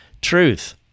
truth